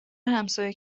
همسایه